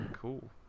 Cool